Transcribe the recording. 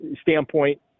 standpoint